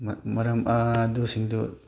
ꯃꯔꯝ ꯑꯗꯨꯁꯤꯡꯗꯨ